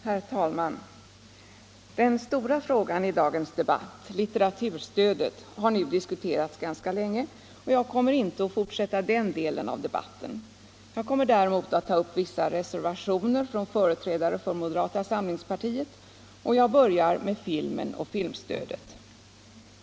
Herr talman! Den stora frågan i dagens debatt, litteraturstödet, har nu diskuterats ganska länge, och jag kommer inte att fortsätta den delen av debatten. Jag kommer däremot att ta upp vissa reservationer från företrädare för moderata samlingspartiet, och jag börjar med filmen och filmstödet.